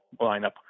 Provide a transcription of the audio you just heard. lineup